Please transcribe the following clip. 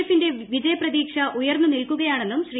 എഫിന്റെ വിജയപ്രതീക്ഷ ഉയർന്നു നിൽക്കുകയാണെന്നും ശ്രീ